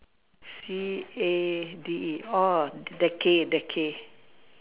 C A D E orh decade decade